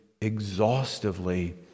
exhaustively